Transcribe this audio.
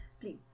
Please